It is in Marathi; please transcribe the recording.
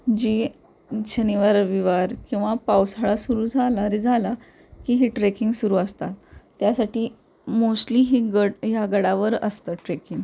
जी शनिवार रविवार किंवा पावसाळा सुरू झाला रे झाला की ही ट्रेकिंग सुरू असतात त्यासाठी मोस्टली ही गड ह्या गडावर असतं ट्रेकिंग